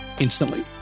instantly